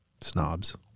snobs